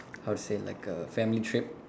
how to say like a family trip